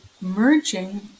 merging